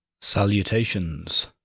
Salutations